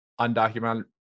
undocumented